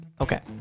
Okay